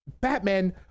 Batman